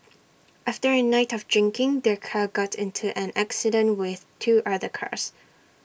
after A night of drinking their car got into an accident with two other cars